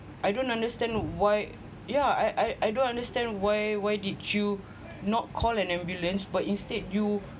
I don't understand why yeah I I I don't understand why why did you not call an ambulance but instead you